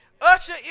usher